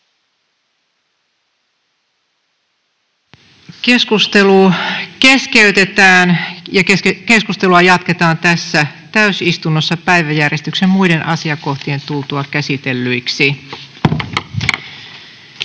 asti eli 2,5 tuntia. Keskustelua jatketaan tarvittaessa päiväjärjestyksen muiden asiakohtien tultua käsitellyiksi.